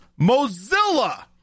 Mozilla